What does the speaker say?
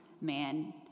man